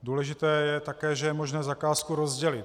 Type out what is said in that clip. Důležité také je, že je možné zakázku rozdělit.